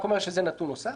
אני רק אומר שזה נתון נוסף.